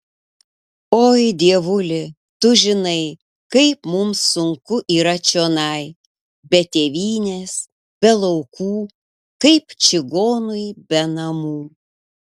oi dievuli tu žinai kaip mums sunku yra čionai be tėvynės be laukų kaip čigonui be namų